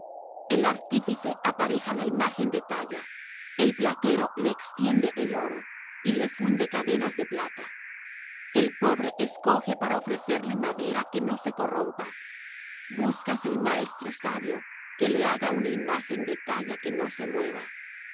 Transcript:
el artífice apareja la imagen de talla el platero le extiende el oro y le funde cadenas de plata el pobre escoge para ofrecerle madera que no se corrompa búscase un maestro sabio que le haga una imagen de talla que no se mueva no